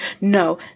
No